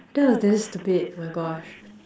that was damn stupid oh my gosh